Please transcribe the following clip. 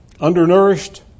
undernourished